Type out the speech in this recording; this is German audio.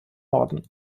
norden